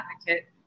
advocate